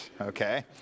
okay